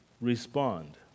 respond